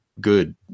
good